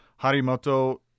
Harimoto